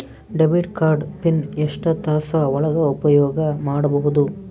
Debit card pin ಎಷ್ಟ ತಾಸ ಒಳಗ ಉಪಯೋಗ ಮಾಡ್ಬಹುದು?